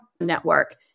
network